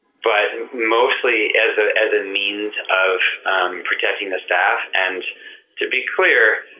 but mostly as ah as a means of protecting the staff and to be clear,